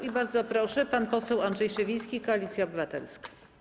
I bardzo proszę, pan poseł Andrzej Szewiński, Koalicja Obywatelska.